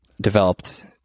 developed